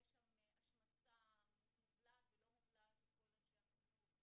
ויש שם השמצה מובלעת ולא מובלעת של כל אנשי החינוך.